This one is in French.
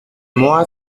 moi